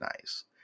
nice